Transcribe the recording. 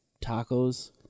tacos